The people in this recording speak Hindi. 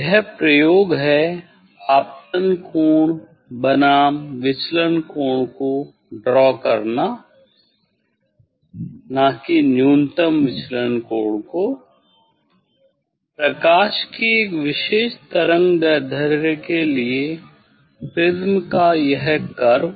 यह प्रयोग है आपतन कोण बनाम विचलन कोण को ड्रा करना ना कि न्यूनतम विचलन कोण को प्रकाश की एक विशेष तरंगदैर्ध्य के लिए प्रिज्म का यह कर्व